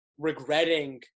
regretting